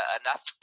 enough